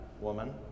woman